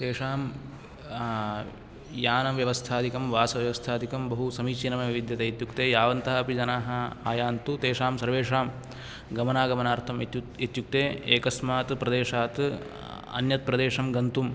तेषां यानव्यवस्थादिकं वासव्यवस्थादिकं बहुसमीचिनमेव विद्यते इत्युक्ते यावन्तः अपि जनाः आयन्तु तेषां सर्वेषां गमनागमनार्थम् इत्यु इत्युक्ते एकस्मात् प्रदेशात् अन्यत् प्रदेशं गन्तुम्